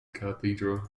cathedral